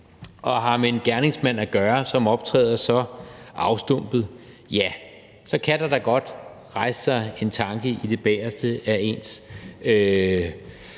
og har med en gerningsmand, som optræder så afstumpet, at gøre, ja, så kan der da godt rejse sig en tanke i det bagerste af ens